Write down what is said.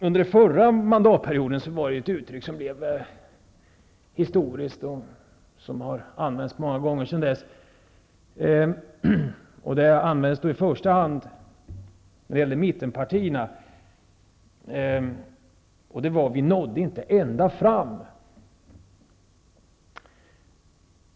Under den förra borgerliga regeringsperioden var det ett uttryck som blev historiskt och som har använts många gånger sedan dess, och det användes då i första hand av mittenpartierna: Vi nådde inte ända fram.